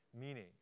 meaning